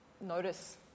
notice